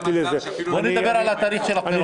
בואו נדבר על תאריך הבחירות.